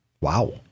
Wow